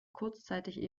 kurzzeitig